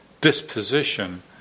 disposition